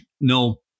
no